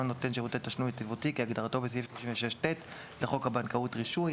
נותן שירותי תשלום יציבותי כהגדרתו בסעיף 36ט לחוק הבנקאות (רישוי)".